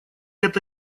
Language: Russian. это